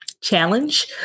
challenge